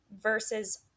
versus